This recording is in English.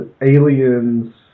aliens